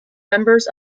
members